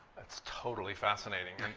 that's totally fascinating.